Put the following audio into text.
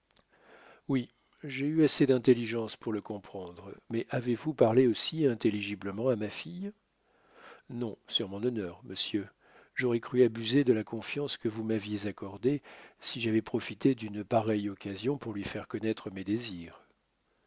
oui j'ai eu assez d'intelligence pour le comprendre mais avez-vous parlé aussi intelligiblement à ma fille non sur mon honneur monsieur j'aurais cru abuser de la confiance que vous m'aviez accordée si j'avais profité d'une pareille occasion pour lui faire connaître mes désirs